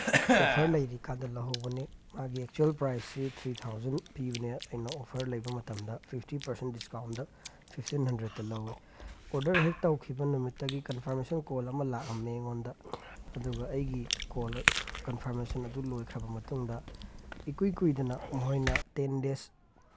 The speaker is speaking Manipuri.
ꯑꯣꯐꯔ ꯂꯩꯔꯤꯀꯥꯟꯗ ꯂꯧꯍꯧꯕꯅꯦ ꯃꯥꯒꯤ ꯑꯦꯛꯆ꯭ꯋꯦꯜ ꯄ꯭ꯔꯥꯏꯁꯁꯤ ꯊ꯭ꯔꯤ ꯊꯥꯎꯖꯟ ꯄꯤꯕꯅꯦ ꯑꯩꯅ ꯑꯣꯐꯔ ꯂꯩꯕ ꯃꯇꯝꯗ ꯐꯤꯞꯇꯤ ꯄꯥꯔꯁꯦꯟ ꯗꯤꯁꯀꯥꯎꯟꯗ ꯐꯤꯞꯇꯤꯟ ꯍꯟꯗ꯭ꯔꯦꯠꯇ ꯂꯧꯋꯦ ꯑꯣꯔꯗꯔ ꯍꯦꯛ ꯇꯧꯈꯤꯕ ꯅꯨꯃꯤꯠꯇꯒꯤ ꯀꯟꯐꯥꯔꯃꯦꯁꯟ ꯀꯣꯜ ꯑꯃ ꯂꯥꯛꯑꯝꯃꯦ ꯑꯩꯉꯣꯟꯗ ꯑꯗꯨꯒ ꯑꯩꯒꯤ ꯀꯣꯜ ꯀꯟꯐꯥꯔꯃꯦꯁꯟ ꯑꯗꯨ ꯂꯣꯏꯈ꯭ꯔꯕ ꯃꯇꯨꯡꯗ ꯏꯀꯨꯏ ꯀꯨꯏꯗꯅ ꯃꯈꯣꯏꯅ ꯇꯦꯟ ꯗꯦꯖ